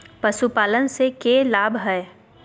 पशुपालन से के लाभ हय?